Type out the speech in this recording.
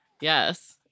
Yes